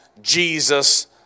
Jesus